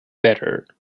better